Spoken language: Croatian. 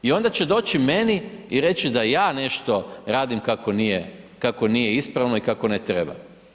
I onda će doći meni i reći da ja nešto radim kako nije ispravno i kako ne treba.